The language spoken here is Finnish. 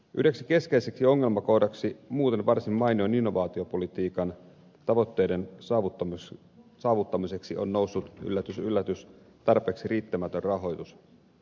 yhdeksi keskeiseksi ongelmakohdaksi muuten varsin mainion innovaatiopolitiikan tavoitteiden saavuttamiseksi on noussut yllätys yllätys tarpeeksi riittämätön rahoitus